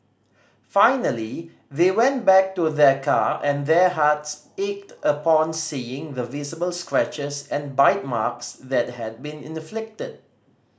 finally they went back to their car and their hearts ached upon seeing the visible scratches and bite marks that had been inflicted